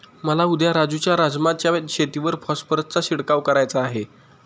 मला उद्या राजू च्या राजमा च्या शेतीवर फॉस्फरसचा शिडकाव करायचा आहे